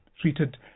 treated